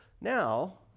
Now